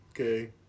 Okay